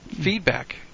feedback